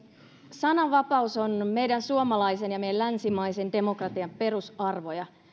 sananvapaus on meidän suomalaisen ja meidän länsimaisen demokratian perusarvoja